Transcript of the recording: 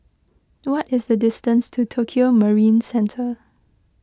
what is the distance to Tokio Marine Centre